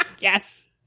Yes